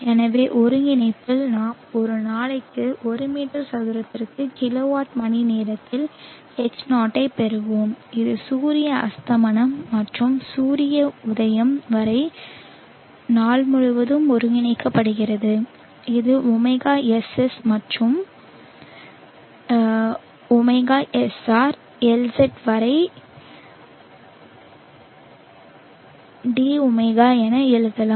எனவே ஒருங்கிணைப்பில் நாம் ஒரு நாளைக்கு ஒரு மீட்டர் சதுரத்திற்கு கிலோவாட் மணி நேரத்தில் H0 ஐப் பெறுவோம் அது சூரிய அஸ்தமனம் முதல் சூரிய உதயம் வரை நாள் முழுவதும் ஒருங்கிணைக்கப்படுகிறது இதை ωSS முதல் toSR LZ வரை dω என எழுதுவோம்